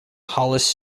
hollis